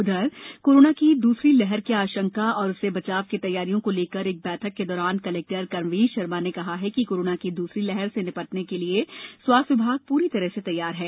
उधर कोरोना की दूसरी लहर की आशंका और उससे बचाव की तैयारियों को लेकर एक बैठक के दौरान कलेक्टर कर्मवीर शर्मा ने कहा कि कोरोना की दूसरी लहर से निपटने के लिए स्वास्थ्य विभाग पूरी तरह से तैयार रहे